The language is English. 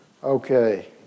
Okay